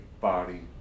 body